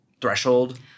threshold